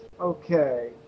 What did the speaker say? okay